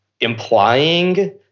implying